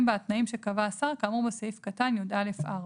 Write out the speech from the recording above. בה התנאים שקבע השר כאמור בסעיף קטן (יא)(4).